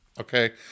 okay